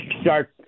start